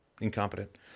incompetent